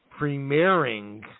premiering